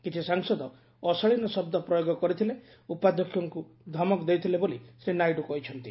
କିଛି ସାଂସଦ ଅଶାଳୀନ ଶବ୍ଦ ପ୍ରୟୋଗ କରିଥିଲେ ଉପାଧ୍ୟକ୍ଷଙ୍କୁ ଧମକ ଦେଇଥିଲେ ବୋଲି ଶ୍ରୀ ନାଇଡୁ କହିଛନ୍ତି